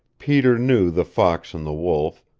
peter knew the fox and the wolf,